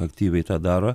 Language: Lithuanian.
aktyviai tą daro